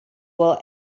will